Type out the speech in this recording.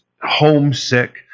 Homesick